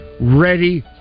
ready